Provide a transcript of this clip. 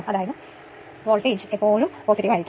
അതിനാൽ K 3 ആണ്